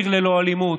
עיר ללא אלימות.